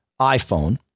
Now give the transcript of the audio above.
iPhone